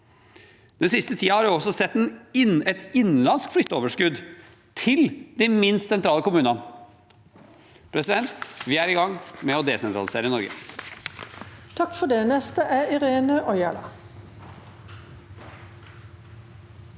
Den siste tiden har vi også sett et innenlandsk flytteoverskudd til de minst sentrale kommunene. Vi er i gang med å desentralisere Norge.